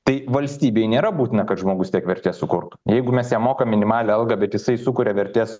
tai valstybei nėra būtina kad žmogus tiek vertės sukurtų jeigu mes jam mokam minimalią algą bet jisai sukuria vertės